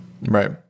Right